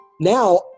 now